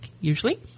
usually